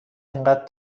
اینقدر